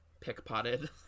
pickpotted